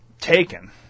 taken